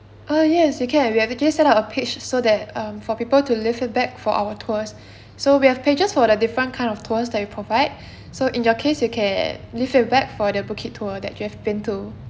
ah yes you can we have actually set up a page so that um for people to leave feedback for our tours so we have pages for the different kind of tours that we provide so in your case you can leave feedback for the bookit tour that you have been to